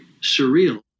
surreal